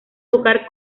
tocar